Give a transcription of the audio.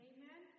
Amen